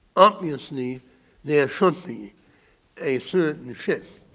obviously there should be a certain shift